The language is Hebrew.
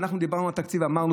כשדיברנו על התקציב ישבנו פה ואמרנו